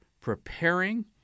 preparing